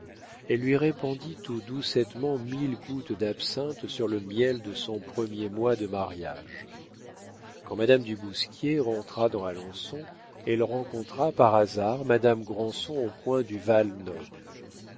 elle lui répandit tout doucettement mille gouttes d'absinthe sur le miel de son premier mois de mariage quand madame du bousquier rentra dans alençon elle rencontra par hasard madame granson au coin du val-noble